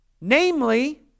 Namely